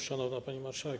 Szanowna Pani Marszałek!